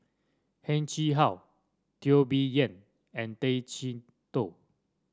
Heng Chee How Teo Bee Yen and Tay Chee Toh